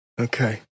Okay